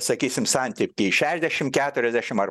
sakysim santykį šešiasdešim keturiasdešim ar